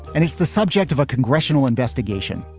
and it's the subject of a congressional investigation.